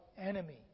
enemy